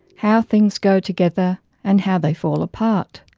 how things go together and how they fall apart.